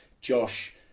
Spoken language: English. Josh